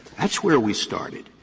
that's where we started.